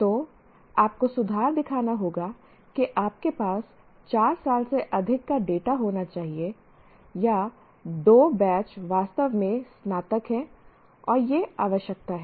तो आपको सुधार दिखाना होगा कि आपके पास 4 साल से अधिक का डेटा होना चाहिए या दो बैच वास्तव में स्नातक हैं और यह आवश्यकता है